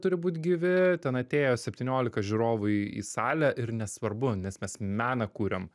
turi būt gyvi ten atėjo septyniolika žiūrovų į į salę ir nesvarbu nes mes meną kuriam